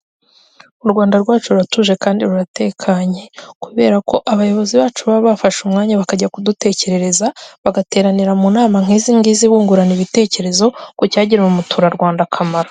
U Rwanda rwacu ruratuje kandi ruratekanye. Kubera ko abayobozi bacu baba bafashe umwanya bakajya kudutekerereza, bagateranira mu nama nk'izingizi bungurana ibitekerezo, ku cyagirira umuturarwanda akamaro.